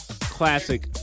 classic